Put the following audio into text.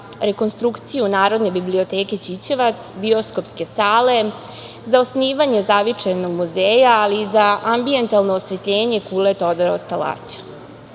rekonstrukciju Narodne biblioteke Ćićevac, bioskopske sale, za osnivanje zavičajnog muzeja, ali i za ambijentalno osvetljenje kule „Todor od